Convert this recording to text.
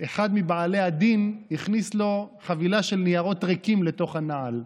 אחד מבעלי הדין הכניס לו חבילה של ניירות ריקים לתוך הנעל.